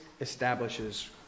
establishes